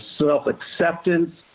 self-acceptance